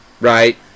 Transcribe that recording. Right